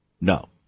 No